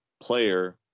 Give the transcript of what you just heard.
player